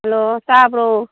hello ꯇꯥꯕ꯭ꯔꯣ